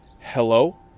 hello